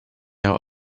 out